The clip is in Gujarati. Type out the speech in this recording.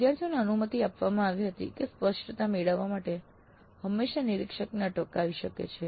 વિદ્યાર્થીઓને અનુમતિ આપવામાં આવી હતી કે સ્પષ્ટતા મેળવવા માટે હંમેશા નિરીક્ષકને અટકાવી શકે છે